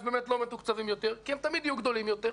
באמת לא מתוקצבים יותר כי הם תמיד יהיו גדולים יותר,